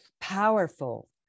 powerful